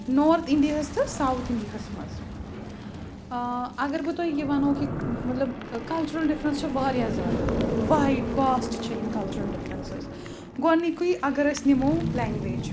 north اِنڈیاہَس تہٕ south اِنڈیاہَس منٛز اَگر بہٕ تۄہہِ یہِ وَنو کہِ مطلب کَلچُرَل ڈِفرنٛس چھےٚ واریاہ زیادٕ وایِڈ واسٹ چھےٚ یِم کَلچُرَل ڈِفرنٛسٕز گۄڈنیُکُے اَگر أسۍ نِمو لؠنٛگوِیج